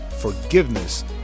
Forgiveness